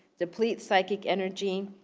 deplete psychic energy,